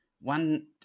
One